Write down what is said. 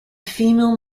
female